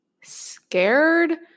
scared